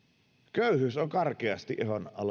köyhyys on karkeasti ihon